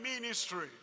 ministry